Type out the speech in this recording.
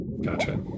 Gotcha